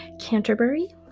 canterbury